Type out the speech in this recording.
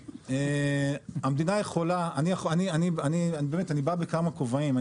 אני באמת אני בא בכמה כובעים,